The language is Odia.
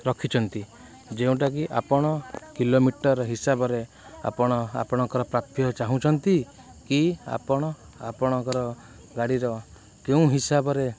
ରଖିଛନ୍ତି ଯେଉଁଟାକି ଆପଣ କିଲୋମିଟର ହିସାବରେ ଆପଣ ଆପଣଙ୍କର ପ୍ରାପ୍ୟ ଚାହୁଁଛନ୍ତି କି ଆପଣ ଆପଣଙ୍କର ଗାଡ଼ିର କେଉଁ ହିସାବରେ